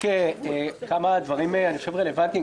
רק כמה דברים שאני חושב שהם רלוונטיים,